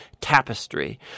tapestry